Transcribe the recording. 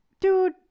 dude